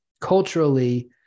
culturally